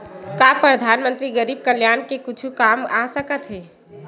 का परधानमंतरी गरीब कल्याण के कुछु काम आ सकत हे